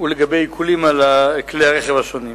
ולגבי עיקולים על כלי הרכב השונים.